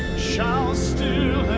shall still